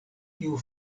kiu